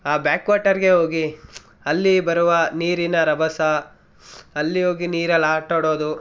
ಆ ಬ್ಯಾಕ್ ವಾಟರಿಗೆ ಹೋಗಿ ಅಲ್ಲಿ ಬರುವ ನೀರಿನ ರಭಸ ಅಲ್ಲಿ ಹೋಗಿ ನೀರಲ್ಲಿ ಆಟಾಡೋದು